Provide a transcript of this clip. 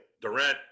Durant